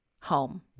home